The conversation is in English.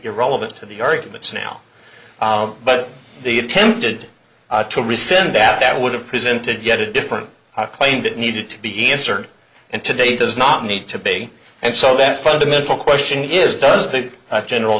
irrelevant to the arguments now but they attempted to rescind that that would have presented yet a different claim that needed to be answered and today does not need to be and so that fundamental question is does the general